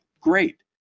great